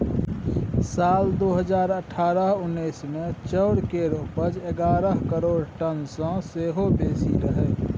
साल दु हजार अठारह उन्नैस मे चाउर केर उपज एगारह करोड़ टन सँ सेहो बेसी रहइ